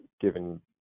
given